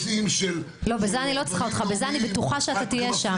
בזה אני בטוחה שתהיה שם.